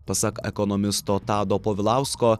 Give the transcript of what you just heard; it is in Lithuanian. pasak ekonomisto tado povilausko